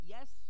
Yes